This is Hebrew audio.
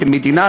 כמדינה,